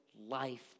life